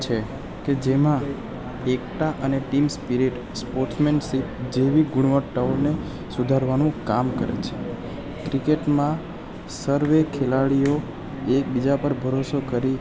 છે કે જેમાં એકતા અને ટીમ સ્પિરિટ સ્પોર્ટ્સમેનશીપ જેવી ગુણવત્તાઓને સુધારવાનું કામ કરે છે ક્રિકેટમાં સર્વ ખેલાડીઓ એકબીજા પર ભરોસો કરી